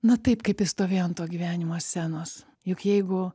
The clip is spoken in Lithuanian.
na taip kaip jis stovėjo ant to gyvenimo scenos juk jeigu